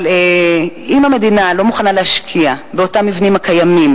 אבל אם המדינה לא מוכנה להשקיע באותם המבנים הקיימים